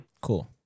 Cool